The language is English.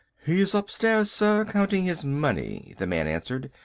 he is upstairs, sir, counting his money, the man answered,